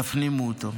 שתפנימו אותו.